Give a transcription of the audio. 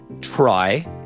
try